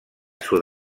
sud